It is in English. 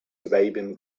arabian